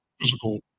physical